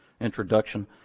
introduction